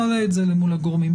נעלה את זה אל מול הגורמים.